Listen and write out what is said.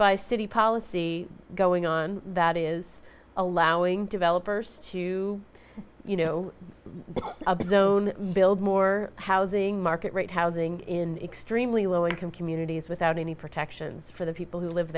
by city policy going on that is allowing developers to you know build more housing market rate housing in extremely low income communities without any protections for the people who live